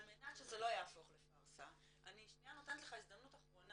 על מנת שזה לא יהפוך לפארסה אני שנייה נותנת לך הזדמנות אחרונה,